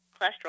cholesterol